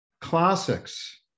Classics